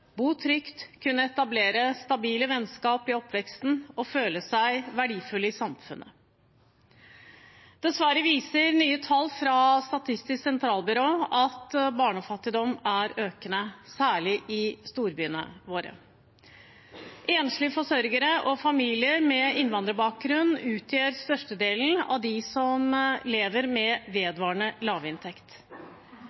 trygt, kunne etablere stabile vennskap i oppveksten og føle seg verdifulle i samfunnet. Dessverre viser nye tall fra Statistisk sentralbyrå at barnefattigdom er økende, særlig i storbyene våre. Enslige forsørgere og familier med innvandrerbakgrunn utgjør størstedelen av dem som lever med